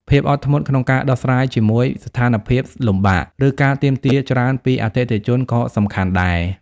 ភាពអត់ធ្មត់ ក្នុងការដោះស្រាយជាមួយស្ថានភាពលំបាក ឬការទាមទារច្រើនពីអតិថិជនក៏សំខាន់ដែរ។